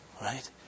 Right